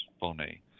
Bonnie